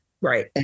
Right